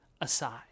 aside